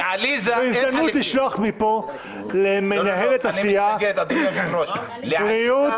זו הזדמנות לשלוח למפה למנהלת הסיעה בריאות